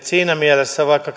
siinä mielessä vaikka